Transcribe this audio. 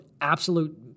absolute